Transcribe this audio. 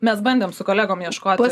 mes bandėm su kolegom ieškoti